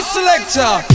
Selector